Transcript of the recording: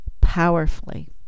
powerfully